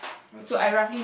okay